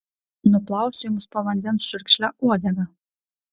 nuplausiu jums po vandens čiurkšle uodegą